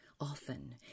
Often